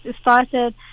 started